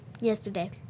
yesterday